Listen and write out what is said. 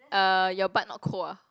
uh your butt not cold ah